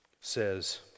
says